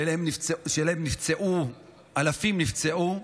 אלפים נפצעו,